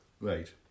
Right